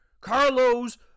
Carlos